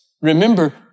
Remember